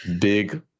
Big